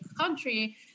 country